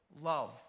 love